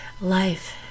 life